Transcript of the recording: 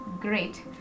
Great